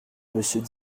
monsieur